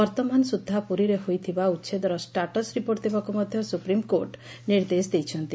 ବର୍ଉମାନ ସୁଦ୍ଧା ପୁରୀରେ ହୋଇଥିବା ଉଛେଦର ଷ୍କାଟସ୍ ରିପୋର୍ଟ ଦେବାକୁ ମଧ୍ୟ ସୁପ୍ରିମକୋର୍ଟ ନିର୍ଦ୍ଦେଶ ଦେଇଛନ୍ତି